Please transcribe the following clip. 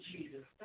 Jesus